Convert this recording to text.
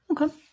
Okay